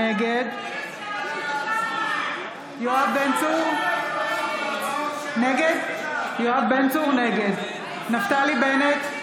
נגד יואב בן צור, נגד נפתלי בנט,